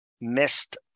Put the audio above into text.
missed